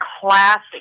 classic